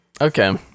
Okay